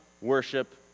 worship